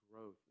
growth